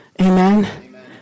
Amen